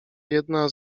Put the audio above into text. jedna